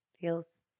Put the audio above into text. feels